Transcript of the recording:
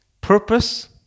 purpose